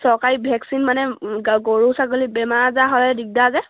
চৰকাৰী ভেকচিন মানে গৰু ছাগলী বেমাৰ আজাৰ হয় দিগদাৰ যে